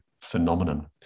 phenomenon